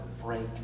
break